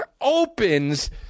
opens